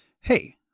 Hey